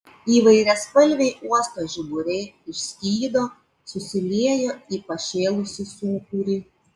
įvairiaspalviai uosto žiburiai išskydo susiliejo į pašėlusį sūkurį